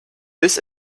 this